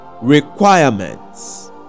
requirements